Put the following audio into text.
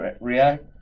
react